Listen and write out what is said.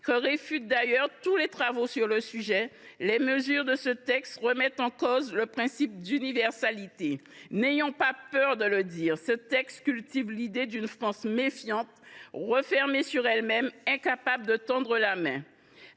que réfutent tous les travaux sur le sujet, les mesures de ce texte tendent à remettre en cause le principe d’universalité. N’ayons pas peur de le dire : ce texte cultive l’idée d’une France méfiante, refermée sur elle même, incapable de tendre la main.